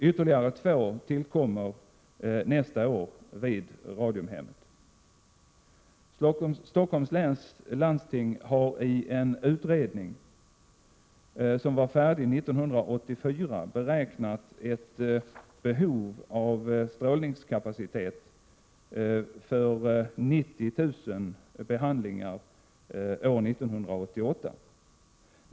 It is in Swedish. Ytterligare två tillkommer nästa år vid Radiumhemmet. Stockholms läns landsting har i en utredning som var färdig 1984 beräknat ett behov av strålningskapacitet för 90 000 behandlingar år 1988.